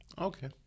Okay